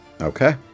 Okay